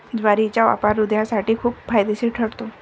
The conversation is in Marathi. ज्वारीचा वापर हृदयासाठी खूप फायदेशीर ठरतो